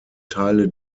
teile